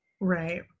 right